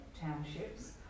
townships